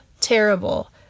terrible